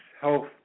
health